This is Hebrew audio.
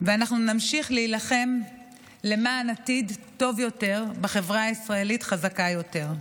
ואנחנו נמשיך להילחם למען עתיד טוב יותר בחברה ישראלית חזקה יותר.